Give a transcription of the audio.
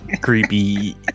creepy